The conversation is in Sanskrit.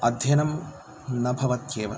अध्ययनं न भवत्येव